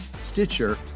Stitcher